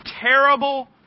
terrible